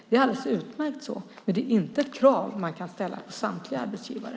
Det är alldeles utmärkt så, men det är inte ett krav som man kan ställa på samtliga arbetsgivare.